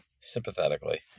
sympathetically